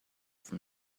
from